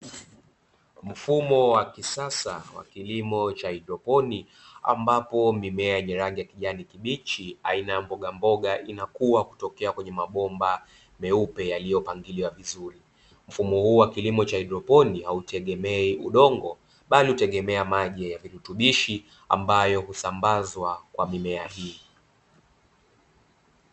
Mfumo wa kisasa wa kilimo cha haidroponi, ambapo mimea yenye rangi ya kijani kibichi aina ya mboga mboga inakua kutokea kwenye mabomba meupe yaliyopangiliwa vizuri, mfumo huu wa kilimo cha haidroponi hautegemei udongo, bali hutegemea maji ya virutubishi ambavyo husambazwa kwa mimea hii.